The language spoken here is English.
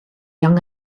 young